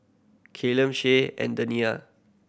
Callum Shae and Dania